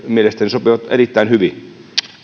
mielestäni sopivat erittäin hyvin